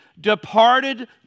departed